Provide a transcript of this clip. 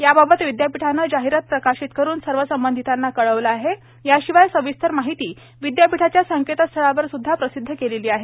याबाबत विद्यापीठाने जाहिरात प्रकाशित करून सर्व संबंधितांना कळविलेले आहे याशिवाय सविस्तर माहिती विद्यापीठाच्या संकेतस्थळावरस्द्धा प्रसिद्ध केलेली आहे